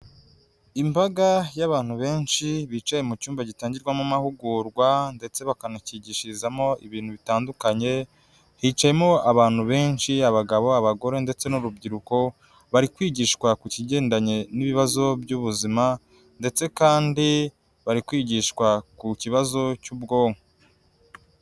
Imbaga y'abantu benshi bicaye mu cyumba gitangirwamo amahugurwa ndetse bakanakigishirizamo ibintu bitandukanye, hicayemo abantu benshi abagabo, abagore ndetse n'urubyiruko, bari kwigishwa ku kigendanye n'ibibazo by'ubuzima ndetse kandi bari kwigishwa ku kibazo cy'ubwonko.